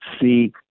see